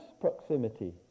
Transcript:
proximity